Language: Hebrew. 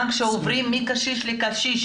גם כשהם עוברים מקשיש לקשיש,